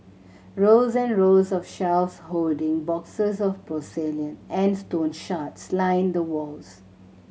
rows and rows of shelves holding boxes of porcelain and stone shards line the walls